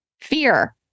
fear